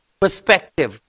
perspective